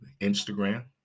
Instagram